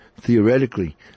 theoretically